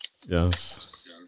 Yes